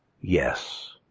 Yes